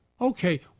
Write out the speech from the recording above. Okay